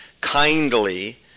kindly